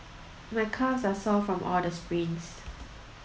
my calves are sore from all the sprints